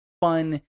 fun